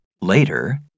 Later